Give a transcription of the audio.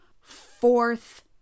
fourth